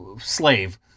slave